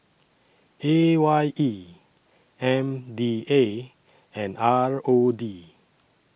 A Y E M D A and R O D